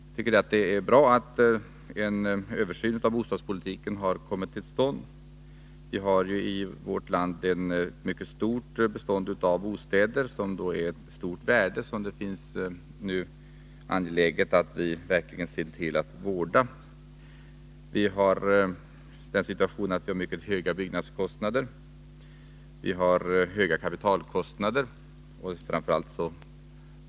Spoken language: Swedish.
Jag tycker att det är bra att en översyn av bostadspolitiken har kommit till stånd. Vi har ju i vårt land ett mycket stort bestånd av bostäder, som representerar ett stort värde och som det är angeläget att se till att verkligen vårda. Vi är i den situationen att vi har mycket höga byggnadskostnader och kapitalkostnader.